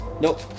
Nope